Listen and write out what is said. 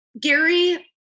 Gary